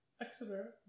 Exeter